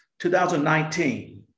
2019